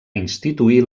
instituir